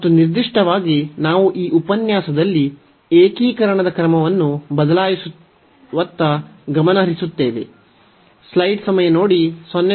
ಮತ್ತು ನಿರ್ದಿಷ್ಟವಾಗಿ ನಾವು ಈ ಉಪನ್ಯಾಸದಲ್ಲಿ ಏಕೀಕರಣದ ಕ್ರಮವನ್ನು ಬದಲಾಯಿಸುವತ್ತ ಗಮನ ಹರಿಸುತ್ತೇವೆ